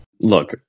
Look